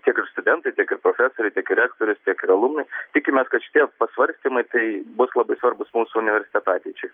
tiek ir studentai tiek ir profesoriai tiek ir rektorius tiek ir alumnai tikimės kad šitie pasvarstymai tai bus labai svarbūs mūsų universiteto ateičiai